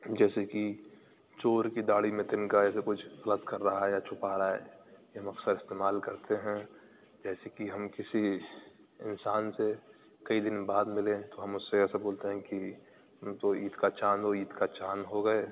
جیسے کہ چور کی داڑھی میں تنکا ایسے کچھ غلط کر رہا ہے یا چھپا رہا ہے یہ ہم اکثر استعمال کرتے ہیں جیسے کہ ہم کسی انسان سے کئی دن بعد ملیں تو ہم اس سے ایسا بولتے ہیں کہ تو عید کا چاند ہو عید کا چاند ہو گئے